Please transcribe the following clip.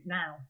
now